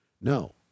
No